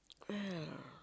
uh